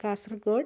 Kasaragod